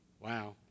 wow